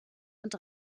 und